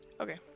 Okay